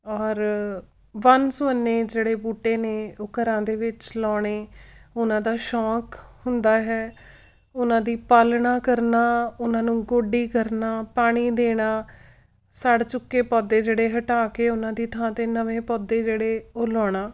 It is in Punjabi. ਔਰ ਵੰਨ ਸੁਵੰਨੇ ਜਿਹੜੇ ਬੂਟੇ ਨੇ ਉਹ ਘਰਾਂ ਦੇ ਵਿੱਚ ਲਾਉਣੇ ਉਹਨਾਂ ਦਾ ਸ਼ੌਕ ਹੁੰਦਾ ਹੈ ਉਹਨਾਂ ਦੀ ਪਾਲਣਾ ਕਰਨਾ ਉਹਨਾਂ ਨੂੰ ਗੋਡੀ ਕਰਨਾ ਪਾਣੀ ਦੇਣਾ ਸੜ ਚੁੱਕੇ ਪੌਦੇ ਜਿਹੜੇ ਹਟਾ ਕੇ ਉਹਨਾਂ ਦੀ ਥਾਂ 'ਤੇ ਨਵੇਂ ਪੌਦੇ ਜਿਹੜੇ ਉਹ ਲਾਉਣਾ